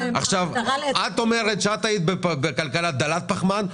את אומרת שהיית בכלכלה דלת פחמן.